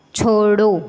छोड़ो